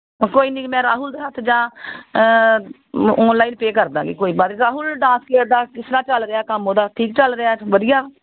ਕੋਈ ਨਹੀਂ ਜੀ ਮੈਂ ਰਾਹੁਲ ਦੇ ਹੱਥ ਜਾਂ ਮੈਂ ਔਨਲਾਈਨ ਪੇਅ ਕਰ ਦਵਾਂਗੀ ਕੋਈ ਪਰ ਰਾਹੁਲ ਡਾਂਸ ਕਿੱਦਾਂ ਕਿਸ ਤਰ੍ਹਾਂ ਚੱਲ ਰਿਹਾ ਕੰਮ ਉਹਦਾ ਠੀਕ ਚੱਲ ਰਿਹਾ ਵਧੀਆ